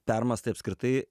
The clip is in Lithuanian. permąstai apskritai